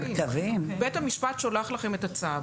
בית המשפט שולח לכם את הצו.